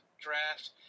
draft